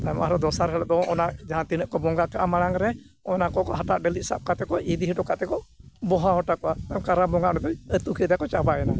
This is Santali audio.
ᱟᱨᱚ ᱫᱚᱥᱟᱨ ᱦᱤᱞᱳᱜ ᱫᱚ ᱚᱱᱟ ᱡᱟᱦᱟᱸ ᱛᱤᱱᱟᱹᱜ ᱠᱚ ᱵᱚᱸᱜᱟ ᱠᱟᱜᱼᱟ ᱢᱟᱲᱟᱝ ᱨᱮ ᱚᱱᱟ ᱠᱚᱠᱚ ᱦᱟᱴᱟ ᱰᱟᱹᱞᱤᱡ ᱥᱟᱵ ᱠᱟᱛᱮ ᱠᱚ ᱤᱫᱤ ᱦᱚᱴᱚ ᱠᱟᱛᱮᱫ ᱠᱚ ᱵᱚᱦᱟᱣ ᱦᱚᱴᱚ ᱠᱟᱜᱼᱟ ᱠᱟᱨᱟᱢ ᱵᱚᱸᱜᱟ ᱚᱸᱰᱮᱫᱚᱭ ᱟᱹᱛᱩ ᱠᱮᱫᱟ ᱠᱚ ᱪᱟᱵᱟᱭᱮᱱᱟ